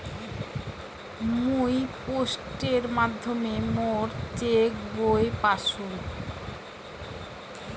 মুই পোস্টের মাধ্যমে মোর চেক বই পাইসু